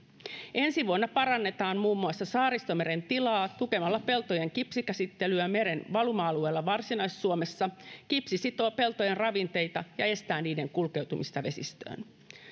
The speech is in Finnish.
ensi vuonna parannetaan muun muassa saaristomeren tilaa tukemalla peltojen kipsikäsittelyä meren valuma alueella varsinais suomessa kipsi sitoo peltojen ravinteita ja estää niiden kulkeutumista vesistöön